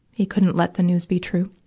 he couldn't let the news be true.